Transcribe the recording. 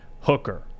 Hooker